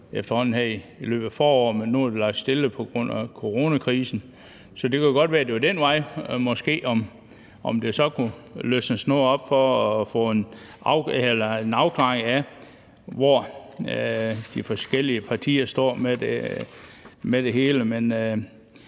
i løbet af foråret, men nu har det ligget stille på grund af på coronakrisen. Så det kunne godt være, at det måske var ad den vej, at der kunne løsnes noget op for at få en afklaring af, hvor de forskellige partier står i forhold